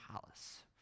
palace